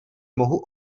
mohu